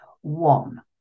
One